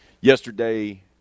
Yesterday